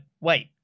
wait